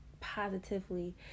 positively